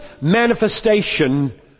manifestation